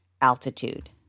altitude